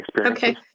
Okay